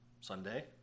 Sunday